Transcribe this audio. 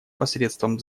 посредством